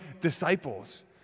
disciples